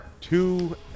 Two